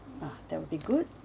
ah that'll be good